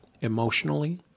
emotionally